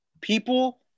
People